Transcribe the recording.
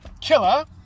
Killer